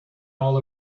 all